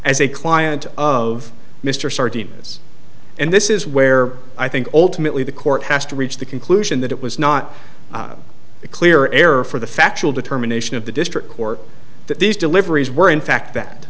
as a client of mr sardines and this is where i think ultimately the court has to reach the conclusion that it was not a clear error for the factual determination of the district court that these deliveries were in fact that